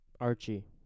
Archie